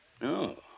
No